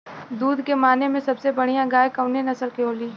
दुध के माने मे सबसे बढ़ियां गाय कवने नस्ल के होली?